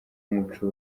umuco